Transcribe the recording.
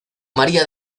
maría